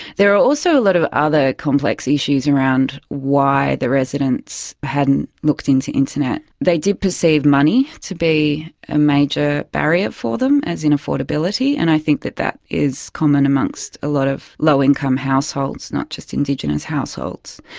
there are also a lot of other complex issues around why the residents hadn't looked into internet. they did perceive money to be a major barrier for them, as in affordability, and i think that that is common amongst a lot of low-income households, not just indigenous households.